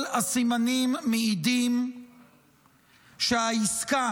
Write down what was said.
כל הסימנים מעידים שהעסקה,